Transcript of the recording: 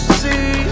see